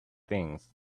things